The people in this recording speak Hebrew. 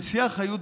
הנשיאה חיות,